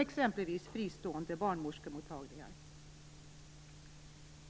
exempelvis fristående barnmorskemottagningar.